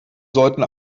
sollten